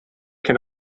can